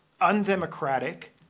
undemocratic